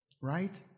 Right